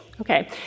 Okay